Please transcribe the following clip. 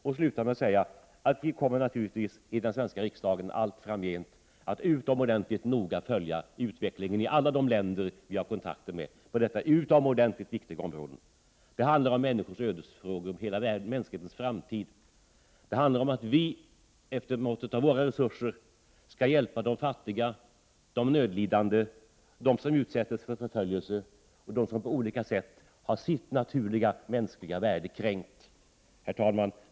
Vi i den svenska riksdagen kommer naturligtvis allt framgent att utomordentligt noga följa utvecklingen på dessa utomordentligt viktiga områden i alla de länder vi har kontakter med. Det handlar om ödesfrågor för människor över hela världen, om mänsklighetens framtid, det handlar om att vi efter måttet av våra resurser skall hjälpa de fattiga, de nödlidande, dem som utsätts för förföljelse och dem som på olika sätt får sitt naturliga mänskliga värde kränkt. Herr talman!